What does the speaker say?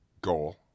goal